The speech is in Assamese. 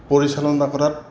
পৰিচালনা কৰাত